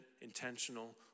intentional